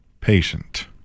Patient